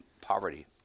poverty